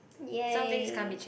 ya